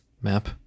map